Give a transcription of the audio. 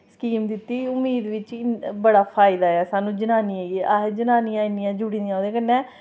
scheme दित्ती उम्मीद बिच्च बड़ा फायदा ऐ साह्नू जनानियें गी अस जनानियां इन्नियां जुड़ी दियां एह्दे कन्नै